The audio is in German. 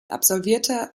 absolvierte